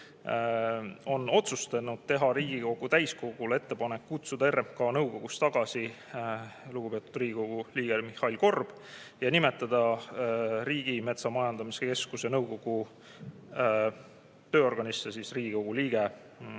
otsustas teha Riigikogu täiskogule ettepaneku kutsuda RMK nõukogust tagasi lugupeetud Riigikogu liige Mihhail Korb ja nimetada Riigimetsa Majandamise Keskuse nõukogu tööorganisse lugupeetud Riigikogu liige